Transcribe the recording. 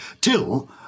till